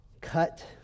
cut